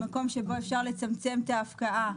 מקום שבו אפשר לצמצם את ההפקעה,